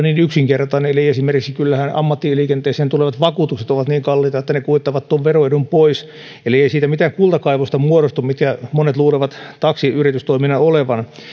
niin yksinkertainen eli kyllähän esimerkiksi ammattiliikenteeseen tulevat vakuutukset ovat niin kalliita että ne kuittaavat tuon veroedun pois eli ei siitä mitään kultakaivosta muodostu mitä monet luulevat taksiyritystoiminnan olevan